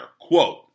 quote